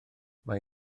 mae